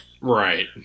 Right